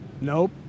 Nope